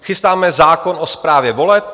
Chystáme zákon o správě voleb.